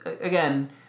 Again